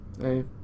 Hey